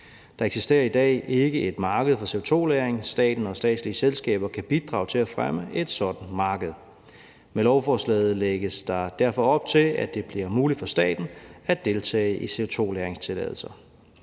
Der eksisterer i dag ikke et marked for CO2-lagring. Staten og statslige selskaber kan bidrage til at fremme et sådant marked. Med lovforslaget lægges der derfor op til, at det bliver muligt for staten at deltage i CO2-lagringstilladelser.